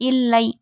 இல்லை